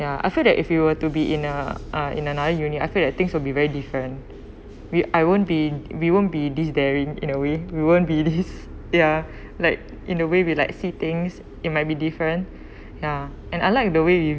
ya I feel that if you were to be in a uh in another uni I feel like things will be very different we I won't be we won't be this daring in a way we won't be this ya like in a way we like see things it might be different ya and I like the way you